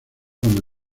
con